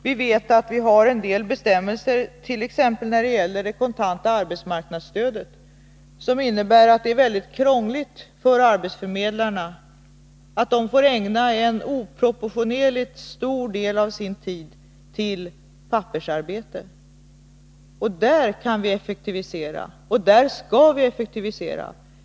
Vi vet att en del bestämmelser, t.ex. när det gäller det kontanta arbetsmarknadsstödet, innebär mycket krångel för arbetsförmedlarna, att de får ägna oproportionerligt stor del av sin tid till pappersarbete. Där kan man effektivisera — och skall göra det.